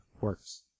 works